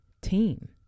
team